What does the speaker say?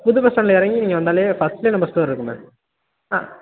புது பஸ்டாண்ட்டில் இறங்கி நீங்கள் வந்தாலே பர்ஸ்ட்லே நம்ப ஸ்டோர் இருக்கும் மேம் ஆ